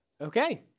Okay